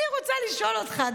אני רוצה לשאול אותך,